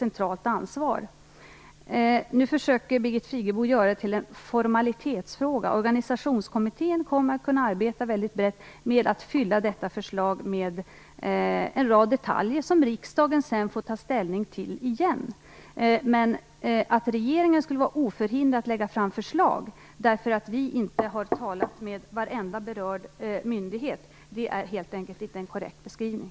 Birgit Friggebo försöker göra den här frågan till en formalitetsfråga. Organisationskommittén kommer att kunna arbeta brett med att fylla detta förslag med en rad detaljer som riksdagen sedan får ta ställning till igen. Men att vi i regeringen skulle vara förhindrade att lägga fram förslag därför att vi inte har talat med varenda berörd myndighet är helt enkelt inte en korrekt beskrivning.